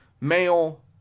male